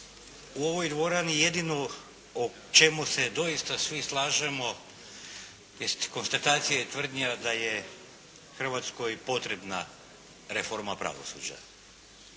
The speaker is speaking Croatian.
u ovoj dvorani o čemu se doista svi slažemo iz konstatacije je tvrdnja da je Hrvatskoj potrebna reforma pravosuđa.